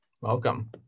Welcome